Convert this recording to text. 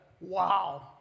Wow